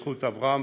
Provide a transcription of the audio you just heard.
בזכות אברהם